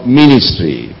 ministry